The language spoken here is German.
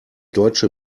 deutsche